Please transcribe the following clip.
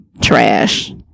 trash